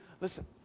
Listen